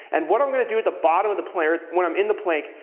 and what i'm gonna do at the bottom of the plank, when i'm in the plank,